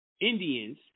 Indians